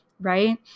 Right